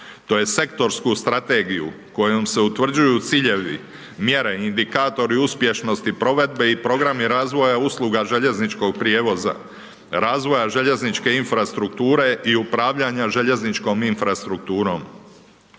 tj. sektorsku strategiju kojom se utvrđuju ciljevi, mjere, indikatori, uspješnosti provedbe i programi razvoja usluga željezničkog prijevoza, razvoja željezničke infrastrukture i upravljanjem željezničkom infrastrukturom.